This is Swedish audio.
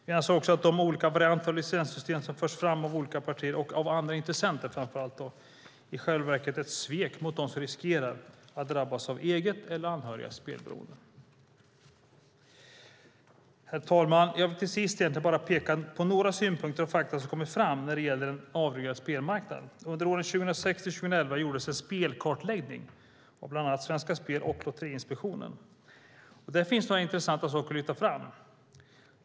Vi anser också att de olika varianter av licenssystem som förts fram av olika partier och framför allt av andra intressenter i själva verket är ett svek mot dem som riskerar att drabbas av eget eller anhörigas spelberoende. Herr talman! Jag vill till sist peka på några synpunkter och fakta som kommit fram när det gäller en avreglerad spelmarknad. Under åren 2006-2011 gjordes en spelkartläggning av bland andra Svenska Spel och Lotteriinspektionen. Här finns några riktigt intressanta saker att lyfta fram.